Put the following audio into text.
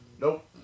Nope